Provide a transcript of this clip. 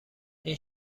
این